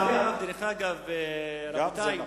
גם זה נכון.